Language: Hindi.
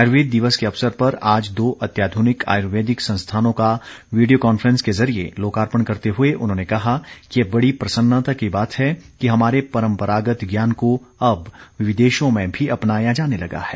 आयुर्वेद दिवस के अवसर पर आज दो अत्याधुनिक आयुर्वेदिक संस्थानों का वीडियो कांफ्रेंस के जरिए लोकार्पण करते हुए उन्होंने कहा कि यह बडी प्रसन्नता की बात है कि हमारे परंपरागत ज्ञान को अब विदेशों में भी अपनाया जाने लगा है